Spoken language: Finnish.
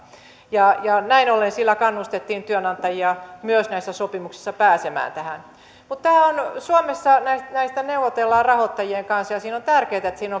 näin ollen sillä kannustettiin työnantajia myös näissä sopimuksissa pääsemään tähän mutta suomessa näistä näistä neuvotellaan rahoittajien kanssa ja on tärkeätä että siinä